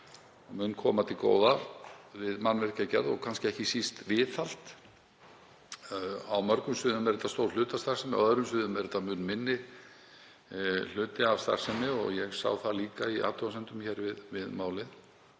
mun koma til góða við mannvirkjagerð og kannski ekki síst viðhald. Á mörgum sviðum er það stór hluti af starfsemi, en á öðrum sviðum mun minni hluti af starfsemi og ég sá það líka í athugasemdum við málið.